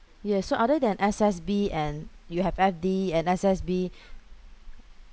yes so other than S_S_B and you have F_D and S_S_B